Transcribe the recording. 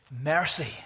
Mercy